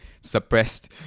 suppressed